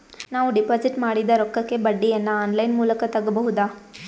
ನಾವು ಡಿಪಾಜಿಟ್ ಮಾಡಿದ ರೊಕ್ಕಕ್ಕೆ ಬಡ್ಡಿಯನ್ನ ಆನ್ ಲೈನ್ ಮೂಲಕ ತಗಬಹುದಾ?